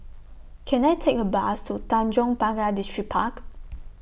Can I Take A Bus to Tanjong Pagar Distripark